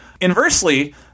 Inversely